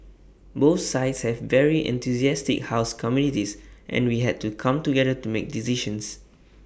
both sides have very enthusiastic house committees and we had to come together to make decisions